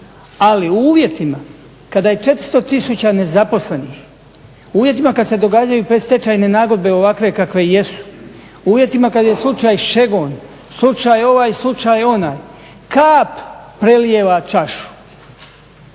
Ali u uvjetima kada je 400 tisuća nezaposlenih u uvjetima kada se događaju predstečajne nagodbe ovakve kakve jesu, u uvjetima kada je slučaj Šegon, slučaj ovaj, slučaj onaj kap prelijeva čašu.